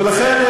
ולכן,